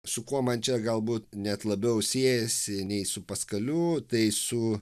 su kuo man čia galbūt net labiau siejasi nei su paskaliu tai su